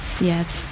Yes